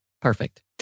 Perfect